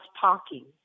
parking